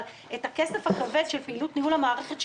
אבל את הכסף הכבד של פעילות ניהול המערכת,